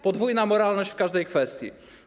Podwójna moralność w każdej kwestii.